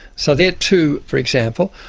so they are two, for example.